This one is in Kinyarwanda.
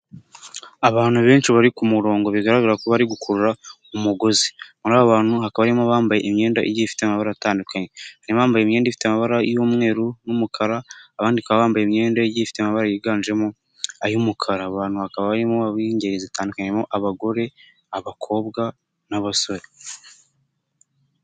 Abantu benshi bari kumurongo bigaragara ko bari gukurura umugozi. Muri aba bantu hakaba harimo bambaye imyenda igiye ifite amabara atandukanye, hari abambaye imyenda ifite amabara y'umweru n'umukara abandi bakaba bambaye imyenda ifite amabara yiganjemo ay'umukara. Abantu hakaba arimo ab'ingeri zitandukanye: abagore, abakobwa n'abasore.